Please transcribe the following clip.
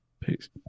Peace